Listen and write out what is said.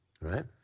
right